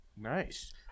Nice